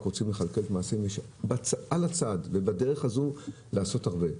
רוצים לכלכל את על הצד ובדרך הזו לעשות הרבה.